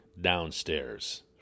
downstairs